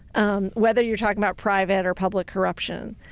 um whether you're talking about private or public corruption.